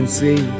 see